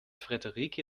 friederike